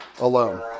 alone